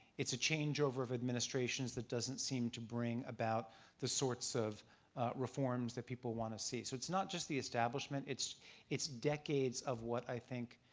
it's a changeover of administrations that doesn't seem to bring about the sorts of reforms that people want to see. so it's not just the establishment, it's it's decades of what i think